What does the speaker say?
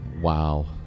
Wow